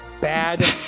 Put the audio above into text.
bad